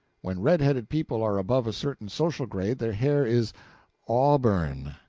when red-headed people are above a certain social grade their hair is auburn.